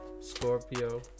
Scorpio